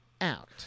out